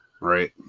right